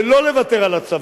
ולא לוותר על הצבא,